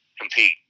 compete